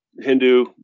Hindu